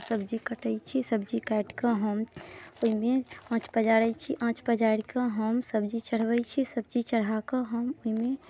हम सब्जी काटै छी सब्जी काटिके हम ओइमे आँच पजारै छी आँच पजारिके हम सब्जी चढ़बै छी सब्जी चढ़ाकऽ हम ओइमे